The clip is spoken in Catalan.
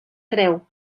creu